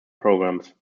programs